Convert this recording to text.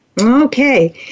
Okay